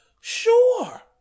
sure